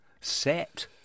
Set